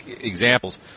examples